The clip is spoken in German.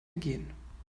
ergehen